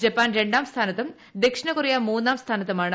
Japan ര ാം സ്ഥാനത്തും ദക്ഷിണകൊറിയ മൂന്നാം സ്ഥാനത്തുമാണ്